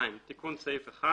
"תיקון סעיף 1